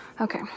okay